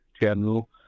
general